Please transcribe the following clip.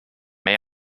may